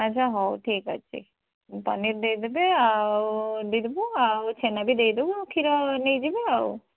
ଆଜ୍ଞା ହଉ ଠିକ୍ ଅଛି ମୁଁ ପନିର୍ ଦେଇଦେବି ଆଉ ଦେଇଦବୁ ଆଉ ଛେନା ବି ଦେଇଦେବୁ କ୍ଷୀର ନେଇଯିବେ ଆଉ